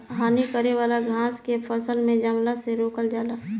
हानि करे वाला घास के फसल में जमला से रोकल जाला